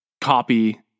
copy